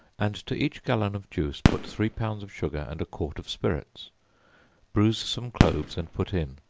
and to each gallon of juice put three pounds of sugar and a quart of spirits bruise some cloves and put in.